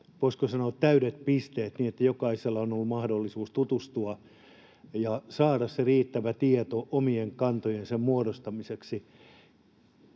voisiko sanoa, täydet pisteet. Jokaisella on ollut mahdollisuus tutustua ja saada se riittävä tieto omien kantojensa muodostamiseksi.